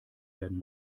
werden